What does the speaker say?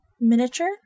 Miniature